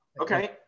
Okay